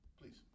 please